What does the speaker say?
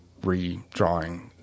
redrawing